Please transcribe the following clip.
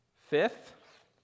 Fifth